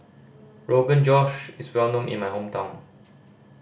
Rogan Josh is well known in my hometown